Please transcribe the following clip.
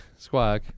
Squack